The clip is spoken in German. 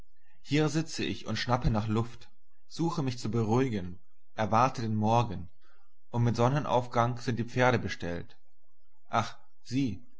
hier sitze ich und schnappe nach luft suche mich zu beruhigen erwarte den morgen und mit sonnenaufgang sind die pferde bestellt ach sie